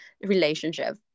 relationship